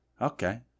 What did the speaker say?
Okay